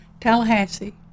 Tallahassee